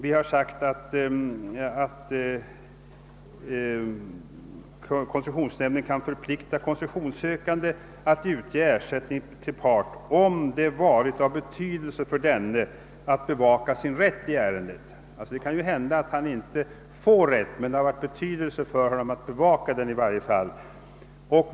Vi har föreslagit att koncessionsnämnden skall äga förplikta koncessionssökande att utge ersättning till part »om det varit av betydelse för denne att bevaka sin rätt i ärendet». Det kan ju hända att vederbörande part inte får rätt, men det kan ändå ha varit av betydelse för honom att bevaka sina intressen.